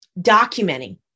documenting